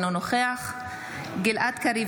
אינו נוכח גלעד קריב,